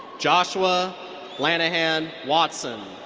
joshua lanahan watson.